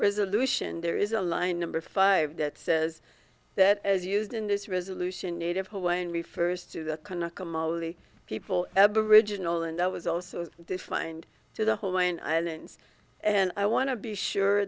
resolution there is a line number five that says that as used in this resolution native hawaiian refers to the people aboriginal and that was also defined to the whole way an island and i want to be sure